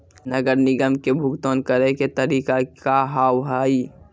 नगर निगम के भुगतान करे के तरीका का हाव हाई?